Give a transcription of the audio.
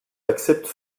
accepte